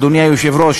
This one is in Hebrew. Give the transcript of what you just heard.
אדוני היושב-ראש,